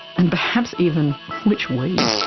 and perhaps even which we?